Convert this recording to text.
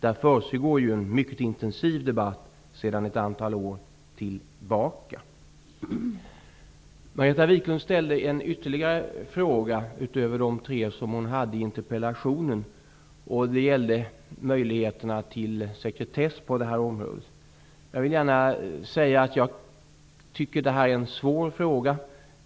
Där försiggår ju en mycket intensiv debatt sedan ett antal år tillbaka. Margareta Viklund ställde ytterligare en fråga utöver de tre som fanns med i interpellationen. Det gäller då möjligheterna till sekretess på det här området. Jag vill gärna säga att jag tycker att det här är en svår fråga.